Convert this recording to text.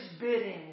bidding